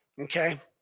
Okay